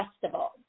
festival